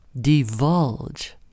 divulge